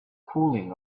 cooling